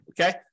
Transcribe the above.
Okay